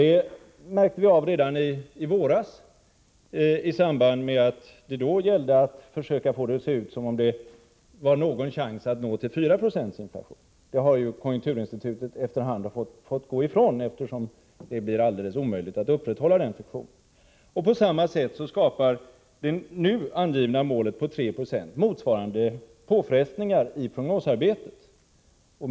Det märkte vi av redan i våras, i samband med att det då gällde att försöka få det att se ut som att det fanns någon chans att nå målet 4 90 inflation. Konjunkturinstitutet har efter hand fått gå ifrån siffran 4 90, eftersom det har blivit alldeles omöjligt att upprätthålla den fiktionen. På samma sätt skapar det nu angivna målet på 3 76 motsvarande påfrestningar i prognosarbetet.